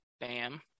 bam